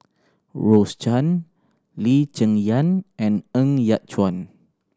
Rose Chan Lee Cheng Yan and Ng Yat Chuan